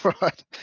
right